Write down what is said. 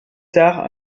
tard